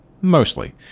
Mostly